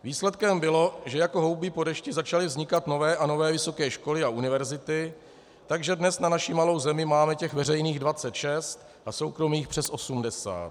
Výsledkem bylo, že jako houby po dešti začaly vznikat nové a nové vysoké školy a univerzity, takže dnes na naši malou zemi máme těch veřejných 26 a soukromých přes 80.